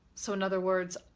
so in other words,